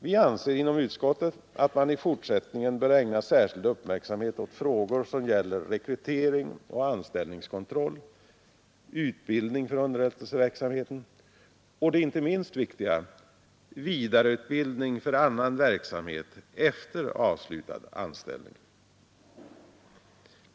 Vi anser inom utskottet att man i fortsättningen bör ägna särskild uppmärksamhet åt frågor som gäller rekrytering och anställningskontroll, utbildning för underrättelseverksamheten och det inte minst viktiga vidareutbildning för annan verksamhet efter avslutad anställning.